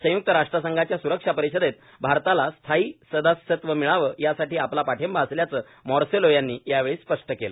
संयुक्त राष्ट्रसंघाच्या स्रक्षा परिषदेत भारताला स्थायी सदस्यत्व मिळावं यासाठी आपला पाठिंबा असल्याचं मार्सेलो यांनी यावेळी स्पष्ट केलं